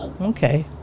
Okay